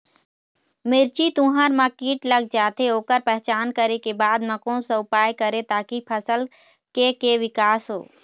मिर्ची, तुंहर मा कीट लग जाथे ओकर पहचान करें के बाद मा कोन सा उपाय करें ताकि फसल के के विकास हो?